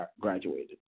graduated